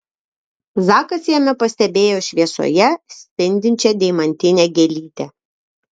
zakas jame pastebėjo šviesoje spindinčią deimantinę gėlytę